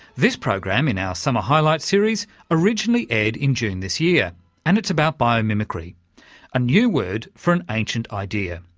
this programme in our summer highlights series originally aired in june this year and it's about biomimicry a new word for an ancient idea.